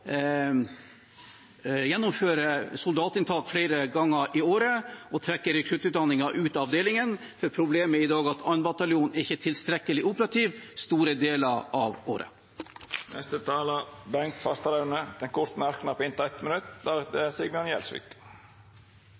soldatinntak flere ganger i året og trekke rekruttutdanningen ut av avdelingen, da problemet i dag er at 2. bataljon ikke er tilstrekkelig operativ store deler av året. Representanten Bengt Fasteraune har hatt ordet to gonger tidlegare og får ordet til ein kort merknad, avgrensa til 1 minutt.